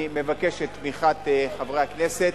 אני מבקש את תמיכת חברי הכנסת.